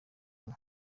umwe